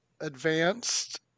advanced